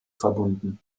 verbunden